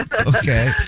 Okay